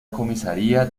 comisaría